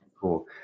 cool